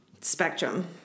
Spectrum